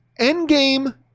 Endgame